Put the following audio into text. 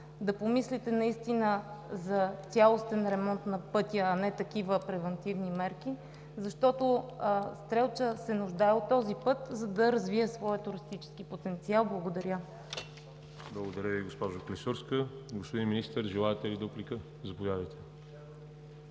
да помислите наистина за цялостен ремонт на пътя, а не такива превантивни мерки, защото Стрелча се нуждае от този път, за да развие своя туристически потенциал. Благодаря. ПРЕДСЕДАТЕЛ ВАЛЕРИ ЖАБЛЯНОВ: Благодаря Ви, госпожо Клисурска. Господин Министър, желаете ли дуплика? Заповядайте.